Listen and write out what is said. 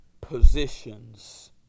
positions